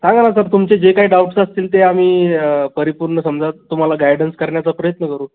सांगा ना सर तुमचे जे काय डाउट्स असतील ते आम्ही परिपूर्ण समजावून तुम्हाला गायडन्स करण्याचा प्रयत्न करू